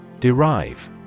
Derive